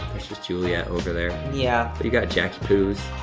just juliet over there. yeah. but you got jackie-poos.